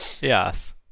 Yes